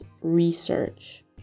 research